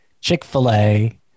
Chick-fil-A